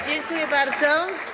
Dziękuję bardzo.